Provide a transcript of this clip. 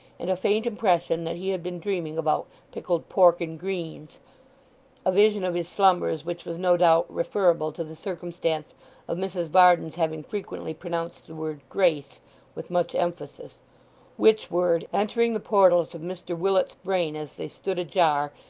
and a faint impression that he had been dreaming about pickled pork and greens a vision of his slumbers which was no doubt referable to the circumstance of mrs varden's having frequently pronounced the word grace with much emphasis which word, entering the portals of mr willet's brain as they stood ajar,